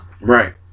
Right